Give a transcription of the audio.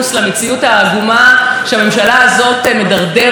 לקחת נושא שכולנו יודעים שהוא מאוחר מדי